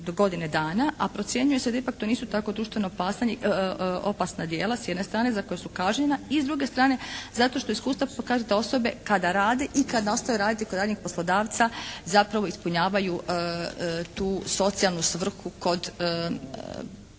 godine dana a procjenjuje se da ipak to nisu tako društveno opasna djela s jedne strane za koja su kažnjena. I s druge strane, zato što iskustva pokazuju da osobe koje rade i kada ostaju raditi kod ranijeg poslodavca zapravo ispunjavaju tu socijalnu svrhu kod